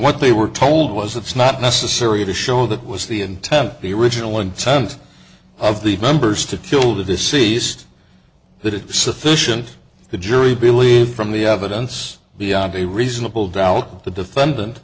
what they were told was it's not necessary to show that was the intent the original intent of the members to kill the deceased that is sufficient the jury believe from the evidence beyond a reasonable doubt the defendant